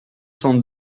cent